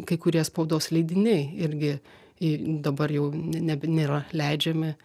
kai kurie spaudos leidiniai irgi i dabar jau ne nebe nėra leidžiami